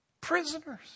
Prisoners